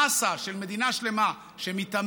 המאסה של מדינה שלמה שמתאמנת,